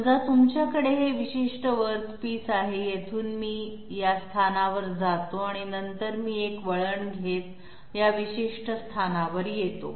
समजा तुमच्याकडे हे विशिष्ट वर्कपिस आहे येथून मी या स्थानावर जातो आणि नंतर मी एक वळण घेत या विशिष्ट स्थानावर येतो